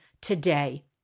today